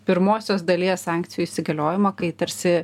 pirmosios dalies sankcijų įsigaliojimo kai tarsi